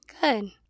Good